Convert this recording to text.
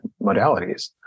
modalities